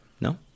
No